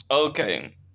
Okay